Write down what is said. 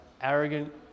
arrogant